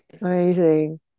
Amazing